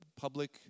public